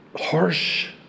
harsh